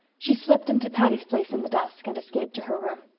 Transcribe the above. she slipped into patty's place in the dusk and escaped to her room.